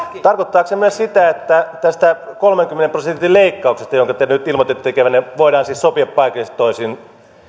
tarkoittaako se myös sitä että tästä kolmenkymmenen prosentin leikkauksesta jonka te nyt ilmoititte tekevänne voidaan siis sopia paikallisesti toisin